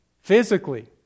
Physically